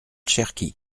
cherki